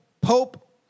Pope